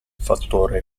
fattore